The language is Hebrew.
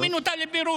היא הוזמנה לבירור.